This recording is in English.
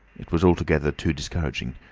it was altogether too discouraging.